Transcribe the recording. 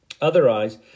Otherwise